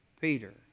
Peter